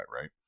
right